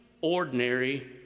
ordinary